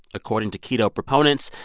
according to keto proponents,